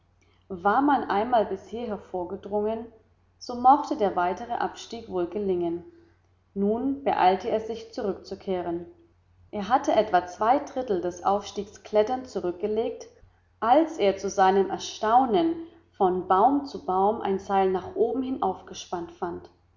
war man einmal bis hierher vorgedrungen so mochte der weitere abstieg wohl gelingen nun beeilte er sich zurückzukehren er hatte etwa zwei drittel des aufstiegs kletternd zurückgelegt als er zu seinem erstaunen von baum zu baum ein seil nach oben hin ausgespannt fand